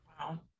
Wow